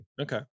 Okay